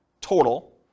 total